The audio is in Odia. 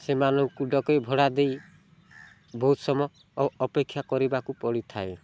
ସେମାନଙ୍କୁ ଡ଼କେଇ ଭଡ଼ା ଦେଇ ବହୁତ ସମୟ ଅପେକ୍ଷା କରିବାକୁ ପଡ଼ିଥାଏ